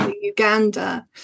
Uganda